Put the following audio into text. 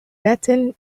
betting